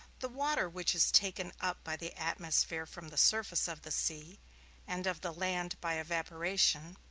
the water which is taken up by the atmosphere from the surface of the sea and of the land by evaporation,